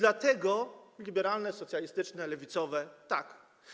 Liberalne, socjalistyczne, lewicowe, tak.